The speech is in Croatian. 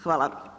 Hvala.